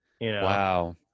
Wow